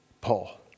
Paul